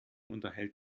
unterhält